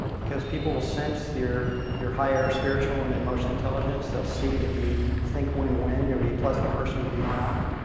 because people will sense your your higher spiritual and emotional intelligence. they'll see that you think win-win. you'll be a pleasant person to be around.